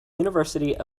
university